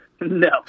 No